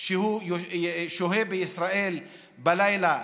כשהוא שוהה בישראל בלילה,